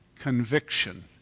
conviction